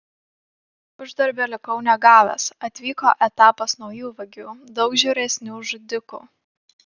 uždarbio likau negavęs atvyko etapas naujų vagių daug žiauresnių žudikų